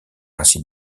ainsi